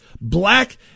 black